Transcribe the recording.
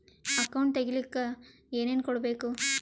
Account ತೆಗಿಲಿಕ್ಕೆ ಏನೇನು ಕೊಡಬೇಕು?